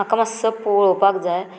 म्हाका मातसो पळोवपाक जाय